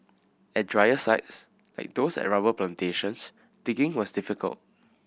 at drier sites like those at rubber plantations digging was difficult